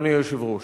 אדוני היושב-ראש.